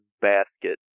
basket